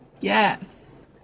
Yes